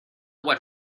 what